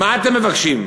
מה אתם מבקשים,